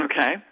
Okay